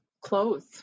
clothes